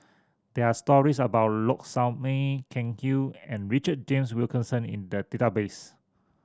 there are stories about Low Sanmay Ken Kwek and Richard James Wilkinson in the database